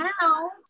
now